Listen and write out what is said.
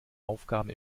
aufgaben